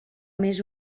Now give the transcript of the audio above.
més